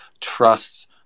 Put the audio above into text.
trusts